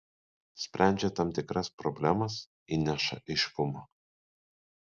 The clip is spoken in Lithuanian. sprendžia tam tikras problemas įneša aiškumo